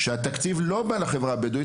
שהתקציב שלהם לא יועד לחברה הבדואית,